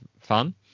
fun